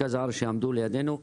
הארץ שעמדו לצידנו והצלחנו,